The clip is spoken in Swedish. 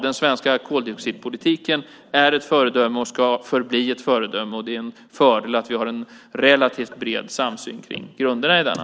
Den svenska koldioxidpolitiken är ett föredöme och ska förbli ett föredöme. Det är en fördel att vi har en relativt bred samsyn när det gäller grunderna i denna.